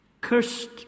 Cursed